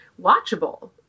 watchable